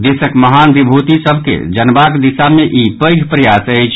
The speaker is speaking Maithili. देशक महान विभूति सभ के जानबाक दिशा मे ई पैघ प्रयास अछि